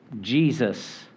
Jesus